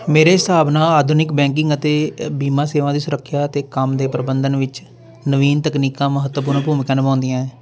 ਮੇਰੇ ਹਿਸਾਬ ਨਾਲ ਆਧੁਨਿਕ ਬੈਂਕਿੰਗ ਅਤੇ ਬੀਮਾ ਸੇਵਾ ਦੀ ਸੁਰੱਖਿਆ ਅਤੇ ਕੰਮ ਦੇ ਪ੍ਰਬੰਧਨ ਵਿੱਚ ਨਵੀਨ ਤਕਨੀਕਾਂ ਮਹੱਤਵਪੂਰਨ ਭੂਮਿਕਾ ਨਿਭਾਉਂਦੀਆਂ ਹੈ